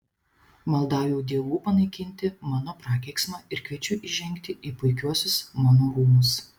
maldauju dievų panaikinti mano prakeiksmą ir kviečiu įžengti į puikiuosius mano rūmus